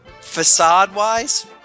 Facade-wise